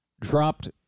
dropped